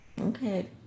Okay